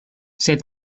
sed